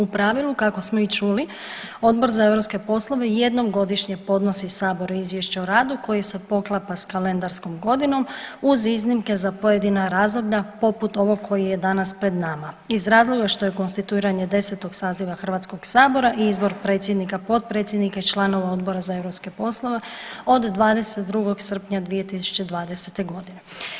U pravilu kako smo i čuli Odbor za europske poslove jednom godišnje podnosi saboru izvješće o radu koje se poklapa s kalendarskom godinom uz iznimke za pojedina razdoblja poput ovog koji je danas pred nama iz razloga što je konstituiranje 10. saziva HS i izbor predsjednika, potpredsjednika i članova Odbora za europske poslove od 22. srpnja 2020.g.